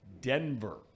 Denver